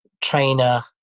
trainer